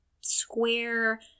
square